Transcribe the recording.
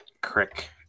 Crick